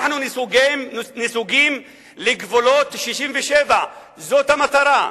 אנחנו נסוגים לגבולות 67', זאת המטרה.